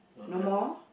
no more